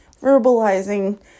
verbalizing